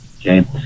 Okay